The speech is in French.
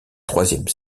troisième